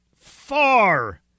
far